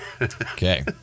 Okay